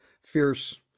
fierce